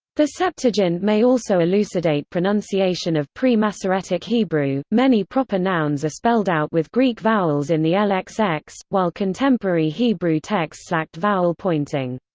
the septuagint may also elucidate pronunciation of pre-masoretic hebrew many proper nouns are spelled out with greek vowels in the lxx, ah while contemporary hebrew texts lacked vowel pointing.